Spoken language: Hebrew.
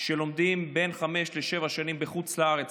שלומדים בין חמש לשבע שנים בחוץ לארץ,